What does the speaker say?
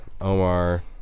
Omar